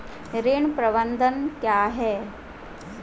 ऋण प्रबंधन क्या है?